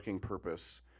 purpose